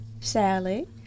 sally